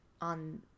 on